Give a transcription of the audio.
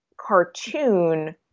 cartoon